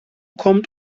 kommt